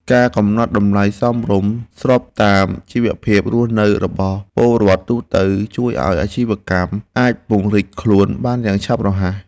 ការកំណត់តម្លៃសមរម្យស្របតាមជីវភាពរស់នៅរបស់ពលរដ្ឋទូទៅជួយឱ្យអាជីវកម្មអាចពង្រីកខ្លួនបានយ៉ាងឆាប់រហ័ស។